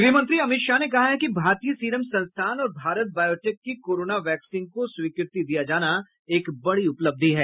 गृह मंत्री अमित शाह ने कहा है कि भारतीय सीरम संस्थान और भारत बॉयोटेक की कोरोना वैक्सीन को स्वीकृति दिया जाना एक बड़ी उपलब्धि है